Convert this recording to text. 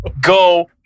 go